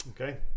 Okay